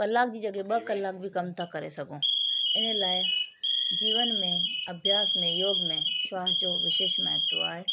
कलाक जी जॻह ॿ कलाक बि कम था करे सघूं इन लाइ जीवन में अभ्यास में योग में श्वास जो विशेष महत्व आहे